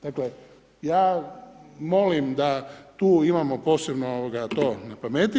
Dakle, ja molim da tu imamo posebno to na pameti.